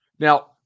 Now